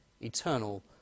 eternal